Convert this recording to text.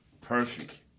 perfect